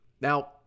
Now